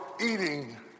eating